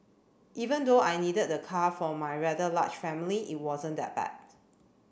even though I needed the car for my rather large family it wasn't that bad